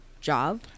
job